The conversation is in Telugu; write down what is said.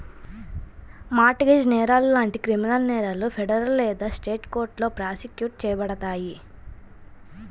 మార్ట్ గేజ్ నేరాలు లాంటి క్రిమినల్ నేరాలు ఫెడరల్ లేదా స్టేట్ కోర్టులో ప్రాసిక్యూట్ చేయబడతాయి